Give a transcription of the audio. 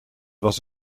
was